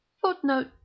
Footnote